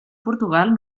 portugal